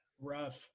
Rough